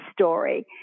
story